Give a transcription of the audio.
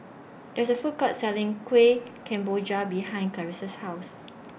There IS A Food Court Selling Kueh Kemboja behind Clarisa's House